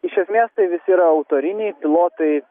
iš esmės tai visi yra autoriniai pilotai